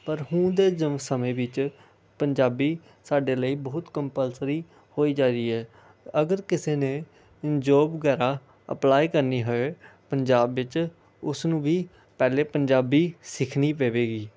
ਪਰ ਹੁਣ ਤਾਂ ਜੋ ਸਮੇਂ ਵਿੱਚ ਪੰਜਾਬੀ ਸਾਡੇ ਲਈ ਬਹੁਤ ਕੰਪਲਸਰੀ ਹੋਈ ਜਾ ਰਹੀ ਹੈ ਅਗਰ ਕਿਸੇ ਨੇ ਜੋਬ ਵਗੈਰਾ ਅਪਲਾਈ ਕਰਨੀ ਹੋਵੇ ਪੰਜਾਬ ਵਿੱਚ ਉਸ ਨੂੰ ਵੀ ਪਹਿਲਾਂ ਪੰਜਾਬੀ ਸਿੱਖਣੀ ਪਵੇਗੀ